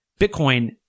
Bitcoin